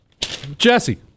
Jesse